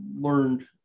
learned